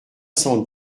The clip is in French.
cent